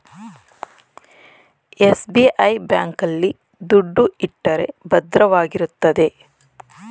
SBI bank ಆಲ್ಲಿ ದುಡ್ಡು ಇಟ್ಟರೆ ಭದ್ರವಾಗಿರುತ್ತೆ